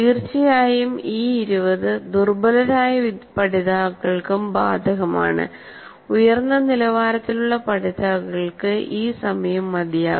തീർച്ചയായും ഈ 20 ദുർബലരായ പഠിതാക്കൾക്കും ബാധകമാണ് ഉയർന്ന നിലവാരത്തിലുള്ള പഠിതാക്കൾക്ക് ഈ സമയം മതിയാകും